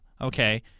okay